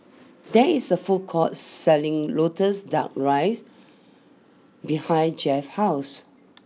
there is a food court selling Lotus Duck Rice behind Jett's house